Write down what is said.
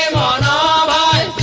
da da